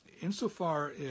insofar